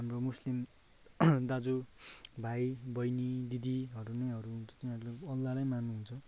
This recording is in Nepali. हाम्रो मुस्लिम दाजु भाइ बहिनी दिदीहरू नै हरू तिनीहरू अल्लाहलाई मान्नुहुन्छ